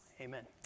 Amen